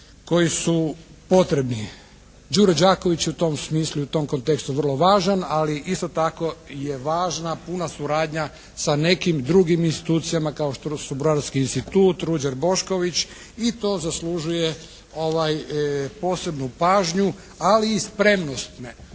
koji su potrebni. “Đuro Đaković“ je u tom smislu i u tom kontekstu vrlo važan. Ali isto tako je važna puna suradnja sa nekim drugim institucijama kao što su “Brodarski institut“, “Ruđer Bošković“ i to zaslužuje posebnu pažnju, ali i spremnost